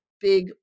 big